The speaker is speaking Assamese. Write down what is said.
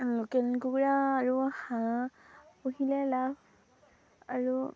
লোকেল কুকুৰা আৰু হাঁহ পুহিলে লাভ আৰু